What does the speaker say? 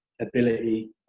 ability